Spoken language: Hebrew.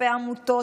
כספי עמותות,